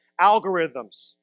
algorithms